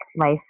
life